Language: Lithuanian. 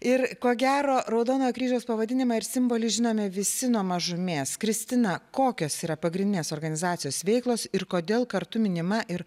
ir ko gero raudonojo kryžiaus pavadinimą ir simbolį žinome visi nuo mažumės kristina kokios yra pagrindinės organizacijos veiklos ir kodėl kartu minima ir